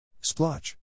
splotch